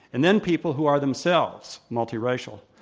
and then people who are themselves multiracial.